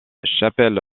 chapelle